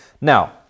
Now